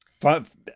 five